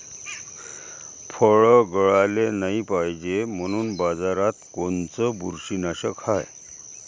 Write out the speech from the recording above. फळं गळाले नाही पायजे म्हनून बाजारात कोनचं बुरशीनाशक हाय?